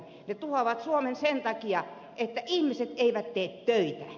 ne tuhoavat suomen sen takia että ihmiset eivät tee töitä